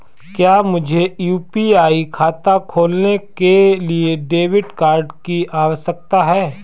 क्या मुझे यू.पी.आई खाता खोलने के लिए डेबिट कार्ड की आवश्यकता है?